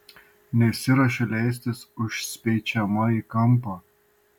nesiruošiu leistis užspeičiama į kampą